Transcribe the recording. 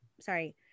sorry